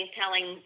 telling